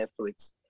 Netflix